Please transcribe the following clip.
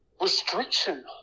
restriction